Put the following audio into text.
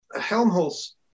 Helmholtz